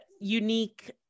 unique